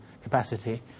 capacity